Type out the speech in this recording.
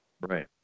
right